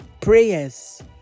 Prayers